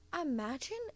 imagine